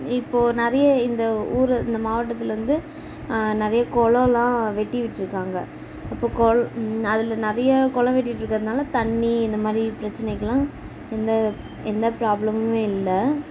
இப்போது நிறைய இந்த ஊர் இந்த மாவட்டத்தில் வந்து நிறைய குளம்லாம் வெட்டி விட்டுருக்காங்க அப்போது கொள் அதில் நிறைய குளம் வெட்டி விட்டுருக்குறதுனால தண்ணீர் இந்த மாதிரி பிரச்சனைக்கெலாம் எந்த எந்த ப்ராப்ளமுமே இல்லை